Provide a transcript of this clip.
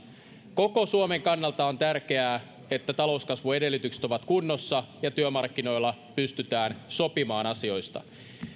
koko suomen kannalta on tärkeää että talouskasvun edellytykset ovat kunnossa ja työmarkkinoilla pystytään sopimaan asioista